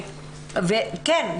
וכן,